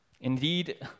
Indeed